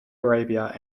arabia